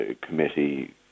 Committee